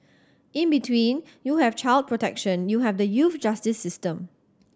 in between you have child protection you have the youth justice system